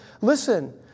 listen